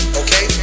okay